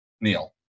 Neil